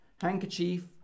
handkerchief